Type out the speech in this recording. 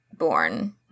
born